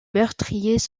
meurtriers